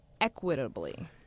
equitably